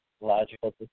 logical